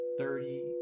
thirty